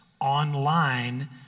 online